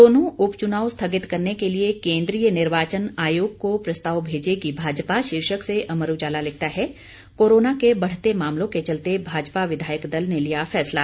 दोनों उपचुनाव स्थगित करने के लिए केंद्रीय निर्वाचन आयोग को प्रस्ताव भेजेगी भाजपा शीर्षक से अमर उजाला लिखता है कोरोना के बढ़ते मामलों के चलते भाजपा विधायक दल ने लिया फैसला